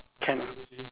can ah